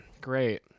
Great